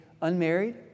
unmarried